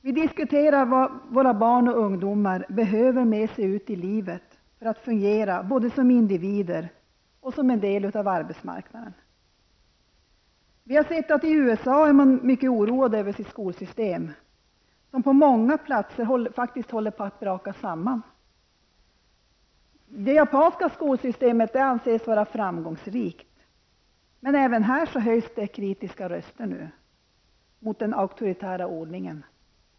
Vi diskuterar vad våra barn och ungdomar behöver med sig ut i livet för att fungera både som individer och en del av arbetsmarknaden. I USA är man mycket oroad över sitt skolsystem, som på många platser håller på att braka samman. Det japanska skolsystemet anses vara framgångsrikt, men även här höjs kritiska röster mot den auktoritära ordningen.